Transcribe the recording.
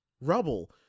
rubble